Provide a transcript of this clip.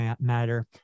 matter